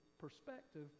perspective